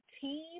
team